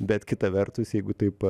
bet kita vertus jeigu taip